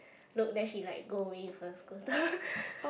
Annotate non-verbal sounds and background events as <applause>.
look then she like go away first <laughs>